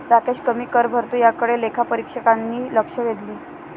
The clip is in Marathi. राकेश कमी कर भरतो याकडे लेखापरीक्षकांनी लक्ष वेधले